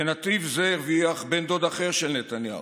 בנתיב זה הרוויח בן דוד אחר של נתניהו,